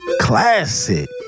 Classic